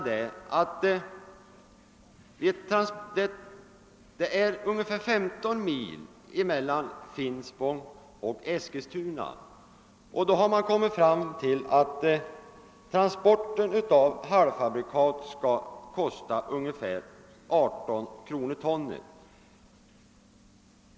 Det är ungefär 15 mil mellan Finspong och Eskilstuna, och man har kommit fram till att transporten av halvfabrikat skulle kosta ungefär 18 kr. per ton.